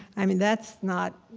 i mean that's not